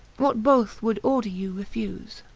what both would order you refuse.